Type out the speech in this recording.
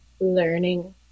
learning